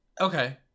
Okay